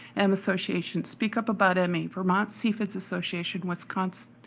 and associations, speak up about me, vermont cfids association, wisconsin,